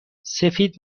سفید